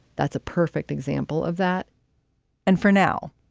that's a perfect example of that and for now,